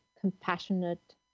compassionate